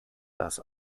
das